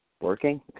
working